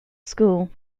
school